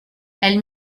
elle